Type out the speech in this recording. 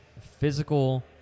physical